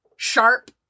sharp